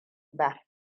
ba